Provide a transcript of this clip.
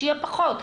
שיהיה פחות.